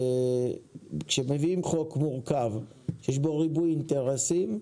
כשמביאים חוק מורכב שיש בו ריבוי אינטרסים,